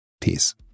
Peace